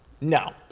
No